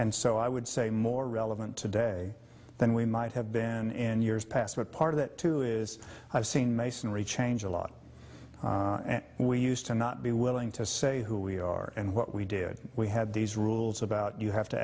and so i would say more relevant today than we might have been years past but part of it too is i've seen masonry change a lot and we used to not be willing to say who we are and what we did we had these rules about you have to